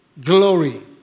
Glory